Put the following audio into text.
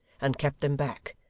and kept them back,